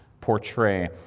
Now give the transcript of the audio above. portray